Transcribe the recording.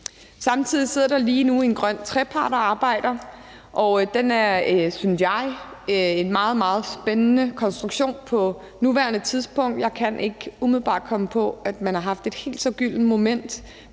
Samtidig sidder der lige nu en grøn trepart og arbejder, og den er, synes jeg, en meget, meget spændende konstruktion på nuværende tidspunkt. Jeg kan ikke umiddelbart komme på, at man har haft et helt så gyldent moment